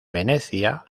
venecia